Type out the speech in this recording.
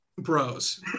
bros